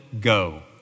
go